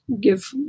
give